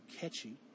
catchy